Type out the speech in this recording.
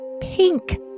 Pink